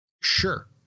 sure